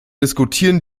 diskutieren